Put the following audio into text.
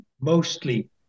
mostly